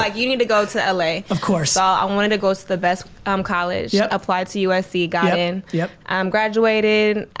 like you need to go to la. of course. ah i wanted to go to the best um college, yeah applied to usc, got in, yeah um graduated.